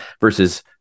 versus